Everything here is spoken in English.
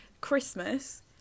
Christmas